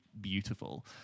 beautiful